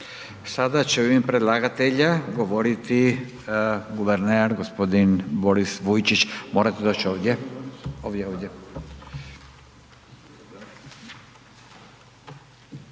Sad će u ime predlagatelja govoriti guverner g. Boris Vujčić, morate doć ovdje,